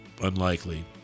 unlikely